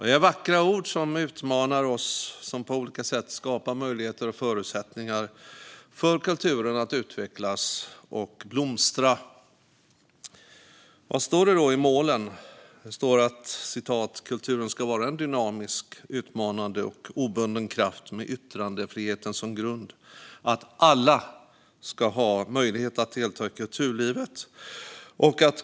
Det är vackra ord som utmanar oss och som på olika sätt skapar möjligheter och förutsättningar för kulturen att utvecklas och blomstra. Vad står det då i målen? "Kulturen ska vara en dynamisk, utmanande och obunden kraft med yttrandefriheten som grund. Alla ska ha möjlighet att delta i kulturlivet.